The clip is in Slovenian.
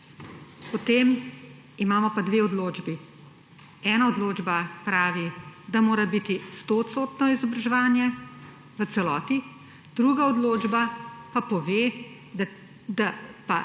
Potem imamo pa dve odločbi, ena odločba pravi, da mora biti 100-odstotno izobraževanje, v celoti, druga odločba pa pove, da pa